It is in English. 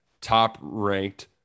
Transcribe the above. top-ranked